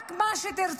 רק מה שתרצה.